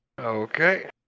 Okay